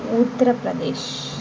Uttar Pradesh